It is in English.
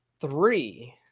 three